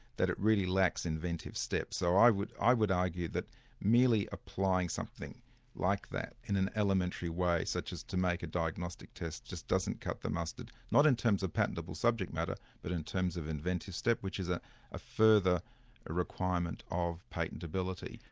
that it really lacks inventive steps. so i would i would argue that merely applying something like that, in an elementary way, such as to make a diagnostic test, just doesn't cut the mustard, not in terms of patentable subject matter, but in terms of inventive step, which is a ah further ah requirement of patentability.